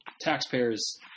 taxpayers